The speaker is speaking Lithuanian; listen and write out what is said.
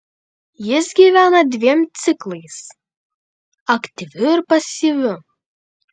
jis gyvena dviem ciklais aktyviu ir pasyviu